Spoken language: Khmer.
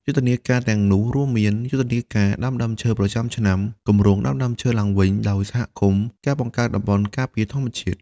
យុទ្ធនាកាទាំងនោះរួមមាន យុទ្ធនាការដាំដើមឈើប្រចាំឆ្នាំ គម្រោងដាំដើមឈើឡើងវិញដោយសហគមន៍ ការបង្កើតតំបន់ការពារធម្មជាតិ។